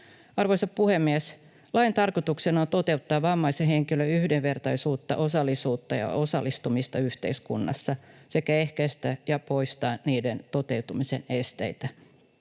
Arvoisa puhemies! Lain tarkoituksena on toteuttaa vammaisen henkilön yhdenvertaisuutta, osallisuutta ja osallistumista yhteiskunnassa sekä ehkäistä ja poistaa niiden toteutumisen esteitä.